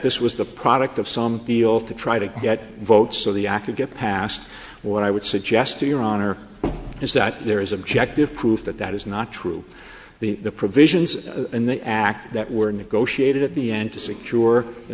this was the product of some deal to try to get votes so the actors get past what i would suggest to your honor is that there is objective proof that that is not true the provisions in the act that were negotiated at the end to secure the